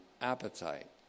appetite